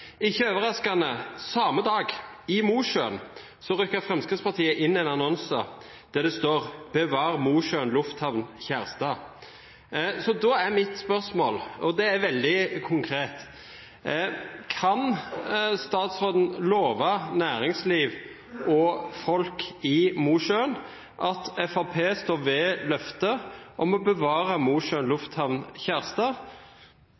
Ikke overraskende rykket Fremskrittspartiet samme dag, i Mosjøen, inn en annonse der det står: Bevar Mosjøen lufthavn, Kjærstad. Mitt spørsmål – og det er veldig konkret – er: Kan statsråden love næringsliv og folk i Mosjøen at Fremskrittspartiet står ved løftet om å bevare Mosjøen lufthavn,